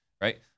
right